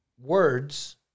words